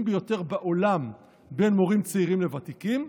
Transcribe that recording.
ביותר בעולם בין מורים צעירים לוותיקים.